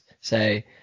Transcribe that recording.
say